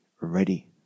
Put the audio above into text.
ready